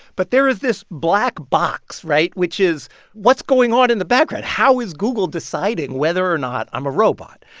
but there is this black box right? which is what's going on in the background. how is google deciding whether or not i'm a robot?